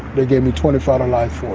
they gave me twenty five or life